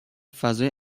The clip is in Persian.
فضای